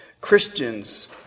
Christians